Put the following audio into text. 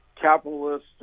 capitalist